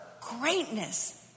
greatness